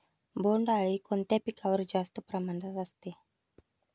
बोंडअळी कोणत्या पिकावर जास्त प्रमाणात असते?